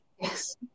Yes